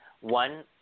One